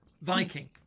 Viking